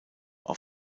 auf